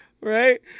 Right